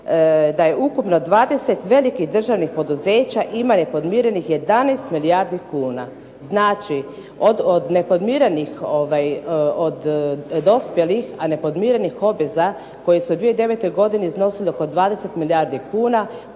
da je ukupno 20 velikih državnih poduzeća ima nepodmirenih 11 milijardi kuna. Znači od nepodmirenih, od dospjelih a nepodmirenih obveza koji su 2009. godine iznosili oko 20 milijardi kuna,